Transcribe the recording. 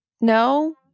no